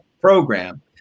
program